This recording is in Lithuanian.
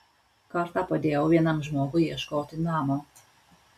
kartą padėjau vienam žmogui ieškoti namo